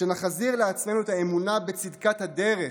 שנחזיר לעצמנו את האמונה בצדקת הדרך,